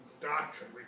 doctrine